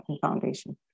Foundation